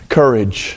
courage